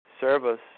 Service